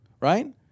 right